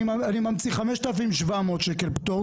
אני ממציא 5,700 ש' פטור,